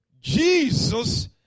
Jesus